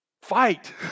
Fight